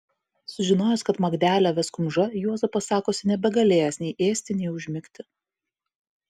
sužinojęs kad magdelę ves kumža juozapas sakosi nebegalėjęs nei ėsti nei užmigti